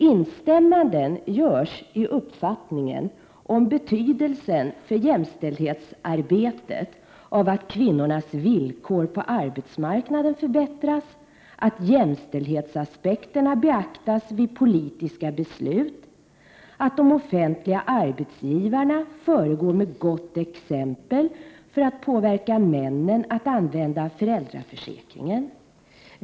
Instämmanden görs i uppfattningen om betydelsen för jämställdhetsarbetet av att kvinnornas villkor på arbetsmarknaden förbättras, av att jämställdhetsaspekterna beaktas vid politiska beslut och av att de offentliga arbetsgivarna föregår med gott exempel för att påverka männen att använda föräldraförsäkringen.